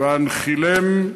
והנחילם,